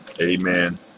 Amen